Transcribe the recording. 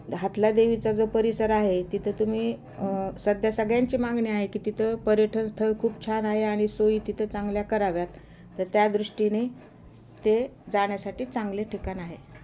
हातला देवीचा जो परिसर आहे तिथं तुम्ही सध्या सगळ्यांची मागणी आहे की तिथं पर्यटन स्थळ खूप छान आहे आणि सोयी तिथं चांगल्या कराव्यात तर त्या दृष्टीने ते जाण्यासाठी चांगले ठिकाण आहे